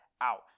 out